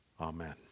Amen